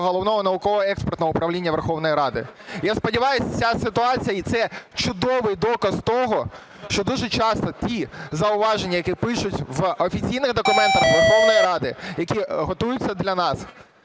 Головного науково-експертного управління Верховної Ради. Я сподіваюсь, ця ситуація – це чудовий доказ того, що дуже часто ті зауваження, які пишуть в офіційних документах Верховної Ради, які готуються для нас,